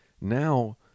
now